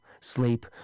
sleep